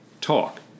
talk